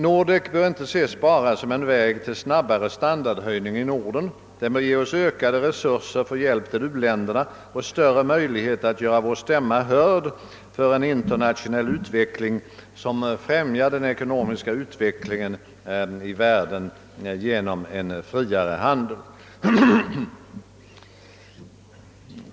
Nordek bör inte ses bara som en väg till snabbare standardhöjning i Norden. Nordek bör också ge oss ökade resurser för hjälp åt u-länderna och större möjlighet att göra vår stämma hörd till förmån för en internationell utveckling som främjar det ekonomiska framåtskridandet i världen genom en friare handel.